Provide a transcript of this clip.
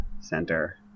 Center